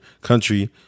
country